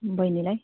बैनीलाई